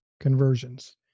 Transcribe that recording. conversions